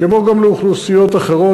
כמו גם לאוכלוסיות אחרות.